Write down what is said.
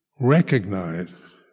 recognize